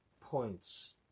points